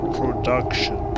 production